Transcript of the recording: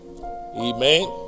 Amen